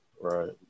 Right